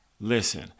Listen